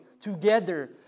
together